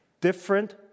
Different